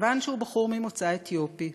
כיוון שהוא בחור ממוצא אתיופי